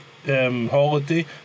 Holiday